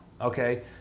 okay